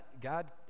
God